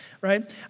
right